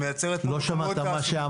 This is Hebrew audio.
שמייצרת פה תעסוקה --- לא שמעת את מה שאמרתי.